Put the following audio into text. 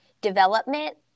development